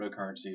Cryptocurrencies